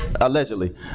allegedly